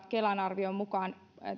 kelan arvion mukaan